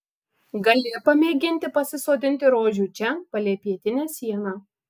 gali pamėginti pasisodinti rožių čia palei pietinę sieną